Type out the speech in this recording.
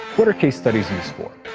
what are case studies used for?